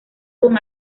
con